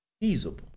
feasible